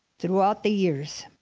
throughout the years.